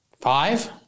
Five